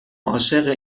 عاشق